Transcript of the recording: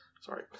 Sorry